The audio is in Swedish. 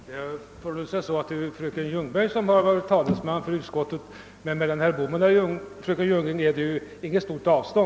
Herr talman! Det förhåller sig så att det är fröken Ljungberg som har varit talesman för utskottet i de här frågorna, men mellan herr Bohman och fröken Ljungberg är ju avståndet litet.